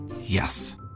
Yes